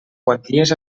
quanties